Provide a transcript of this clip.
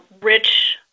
rich